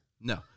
No